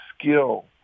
skill